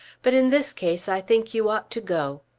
but in this case i think you ought to go.